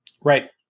Right